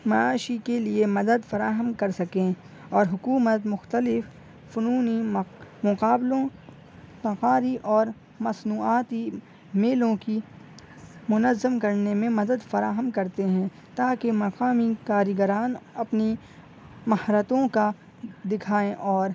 معاشی کے لیے مدد فراہم کر سکیں اور حکومت مختلف فنونی مق مقابلوں مقاری اور مصنوعاتی میلوں کی منظم کرنے میں مدد فراہم کرتے ہیں تاکہ مقامی کاریگران اپنی مہارتوں کا دکھائیں اور